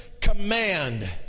command